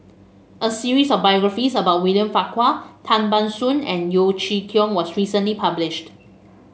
a series of biographies about William Farquhar Tan Ban Soon and Yeo Chee Kiong was recently published